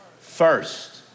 first